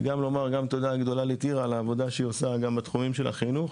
וגם לומר תודה גדולה לטירה על העבודה שהיא עושה גם בתחומים של החינוך,